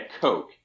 Coke